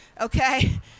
okay